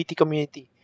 community